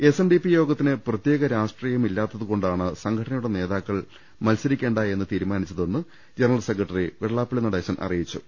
S N D P യോഗത്തിന് പ്രത്യേക രാഷ്ട്രീയമില്ലാത്തതു കൊണ്ടാണ് സംഘടനയുടെ നേതാക്കൾ മത്സരിക്കേണ്ടെന്ന് തീരുമാനിച്ച തെന്ന് general secretary Vellappally Natesan അറിയിച്ചു